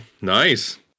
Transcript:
Nice